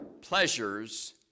pleasures